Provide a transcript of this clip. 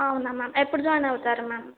అవునా మ్యామ్ ఎప్పుడు జాయిన్ అవుతారు మ్యామ్